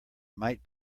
might